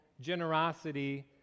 generosity